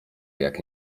jak